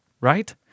right